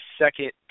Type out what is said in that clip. second